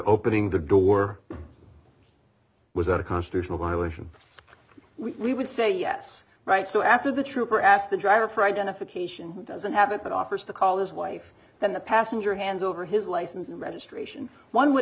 opening the door without a constitutional violation we would say yes right so after the trooper asked the driver for identification doesn't have it but offers to call his wife then the passenger hand over his license and registration one would